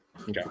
Okay